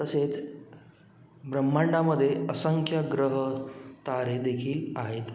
तसेच ब्रह्मांडामध्ये असंख्य ग्रह तारे देखील आहेत